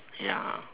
ya